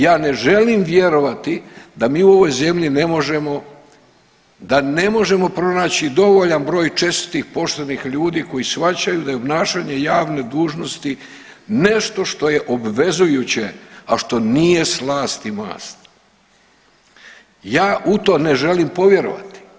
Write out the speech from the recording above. Ja ne želim vjerovati da mi u ovoj zemlji mi u ovoj zemlji ne možemo, da ne možemo pronaći dovoljan broj čestitih poštenih ljudi koji shvaćaju da je obnašanje javne dužnosti nešto što je obvezujuće, a što nije slast i mast, ja u to ne želim povjerovati.